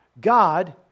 God